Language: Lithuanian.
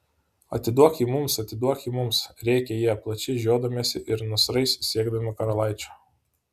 atiduok jį mums atiduok jį mums rėkė jie plačiai žiodamiesi ir nasrais siekdami karalaičio